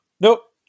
Nope